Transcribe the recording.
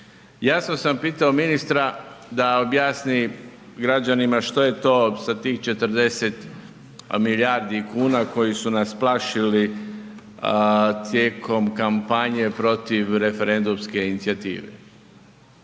Jasno sam pitao ministra da objasni građanima što je to sa tih 40 milijardi kuna koji su nas plašili tijekom kampanje protiv referendumske inicijative.